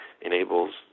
enables